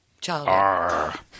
childhood